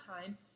time